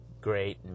Great